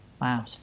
Wow